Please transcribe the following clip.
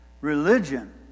Religion